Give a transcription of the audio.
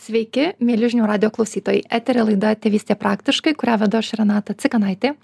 sveiki mieli žinių radijo klausytojai eteryje laida tėvystė praktiškai kurią vedu aš renata cikanaitė